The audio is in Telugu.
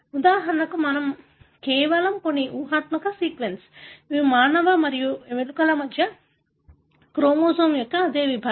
ఉదాహరణకు మనం నేను కేవలం కొన్ని ఊహాత్మక సీక్వెన్స్ ఇది మానవ మరియు ఎలుకల మధ్య క్రోమోజోమ్ యొక్క అదే విభాగం